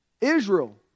Israel